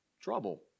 trouble